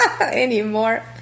anymore